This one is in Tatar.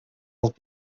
алып